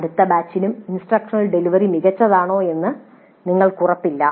അടുത്ത ബാച്ചിനും instructional delivery മികച്ചതാണോ എന്ന് ഞങ്ങൾക്ക് ഉറപ്പില്ല